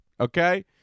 okay